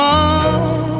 on